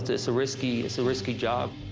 it's it's a risky, it's a risky job.